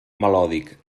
melòdic